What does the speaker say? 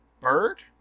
Bird